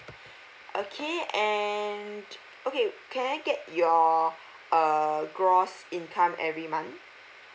okay and okay can I get your uh gross income every month